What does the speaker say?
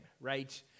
right